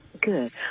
Good